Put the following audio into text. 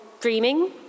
dreaming